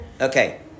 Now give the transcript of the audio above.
Okay